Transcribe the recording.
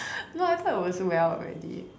no I thought it was well already